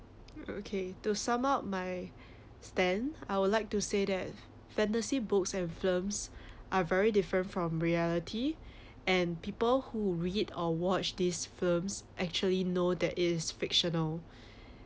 okay to sum up my stand I would like to say that fantasy books and films are very different from reality and people who read or watch these films actually know that it is fictional